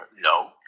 no